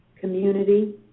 community